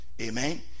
Amen